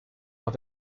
what